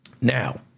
Now